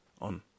on